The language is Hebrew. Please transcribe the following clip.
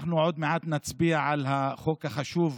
אנחנו עוד מעט נצביע על החוק החשוב,